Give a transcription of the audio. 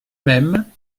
même